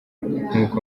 nk’uko